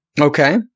Okay